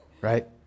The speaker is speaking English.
right